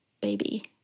baby